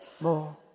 more